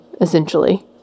essentially